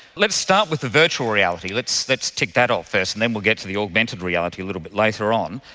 let's start with the virtual reality, let's let's tick that off first and then we will get to the augmented reality a little bit later on.